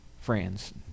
friends